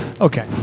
Okay